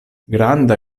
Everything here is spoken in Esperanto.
granda